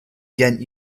ghent